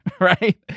right